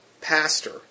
pastor